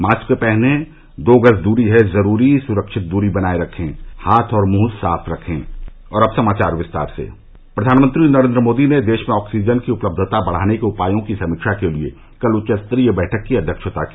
mask पहनें दो गज दूरी है जरूरी सुरक्षित दूरी बनाये रखे हाथ और मुंह साफ रखें अब समाचार विस्तार से प्रधानमंत्री नरेंद्र मोदी ने देश में ऑक्सीजन की उपलब्यता बढाने के उपायों की समीक्षा के लिए कल उच्च स्तरीय बैठक की अध्यक्षता की